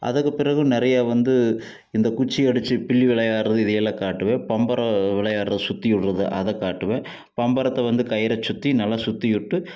அதுக்கு பிறகு நிறைய வந்து இந்த குச்சி அடிச்சு கில்லி விளையாடுறது இதுயெல்லாம் காட்டுவேன் பம்பரம் விளையாடுற சுற்றிவுட்றது அதை காட்டுவேன் பம்பரத்தை வந்து கயிறை சுற்றி நல்லா சுற்றி விட்டு